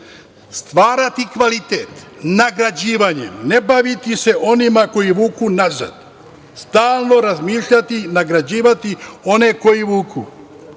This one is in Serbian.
stvarati kvalitet nagrađivanjem, ne baviti se onima koji vuku nazad, stalno razmišljati i nagrađivati one koji vuku,